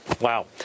Wow